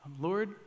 Lord